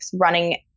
running